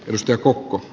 lystiä kukko